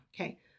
Okay